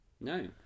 No